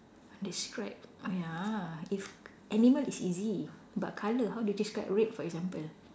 describe !aiya! if animal is easy but colour how do you describe red for example